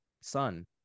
son